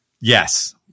yes